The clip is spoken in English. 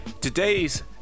Today's